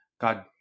God